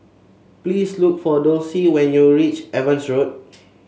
please look for Dulcie when you reach Evans Road